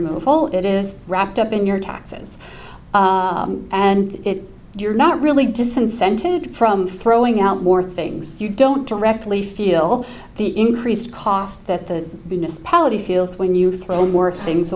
removal it is wrapped up in your taxes and if you're not really disincentive from throwing out more things you don't directly feel the increased cost that the business polity feels when you throw more things